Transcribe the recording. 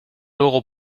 luego